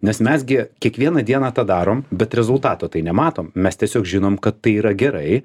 nes mes gi kiekvieną dieną tą darom bet rezultato tai nematom mes tiesiog žinom kad tai yra gerai